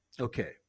okay